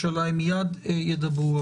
להתלונן, ואז יתגייסו לקחת את הערכה.